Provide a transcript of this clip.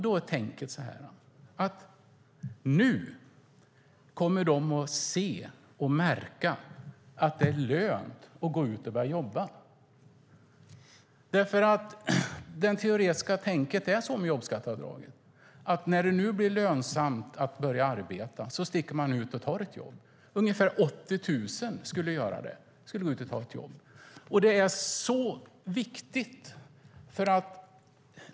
Då är tänket att nu kommer de att se och märka att det är lönt att gå ut och börja jobba. Det teoretiska tänket med jobbskatteavdraget är att när det nu blir lönsamt att börja arbeta sticker man ut och tar ett jobb. Ungefär 80 000 skulle gå ut och ta ett jobb.